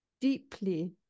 deeply